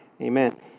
Amen